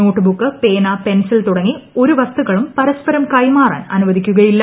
notebook പേന pencil തുടങ്ങി ഒരു വസ്തുക്കളും പരസ്പരം കൈമാറാൻ അനുവദിക്കുകയില്ല